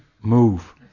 move